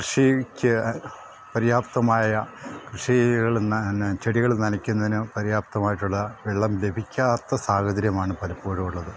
കൃഷിക്ക് പര്യാപ്തമായ കൃഷികൾ ചെടികൾ നനയ്ക്കുന്നതിന് പര്യാപ്തമായിട്ടുള്ള വെള്ളം ലഭിക്കാത്ത സാഹചര്യമാണ് പലപ്പോഴും ഉള്ളത്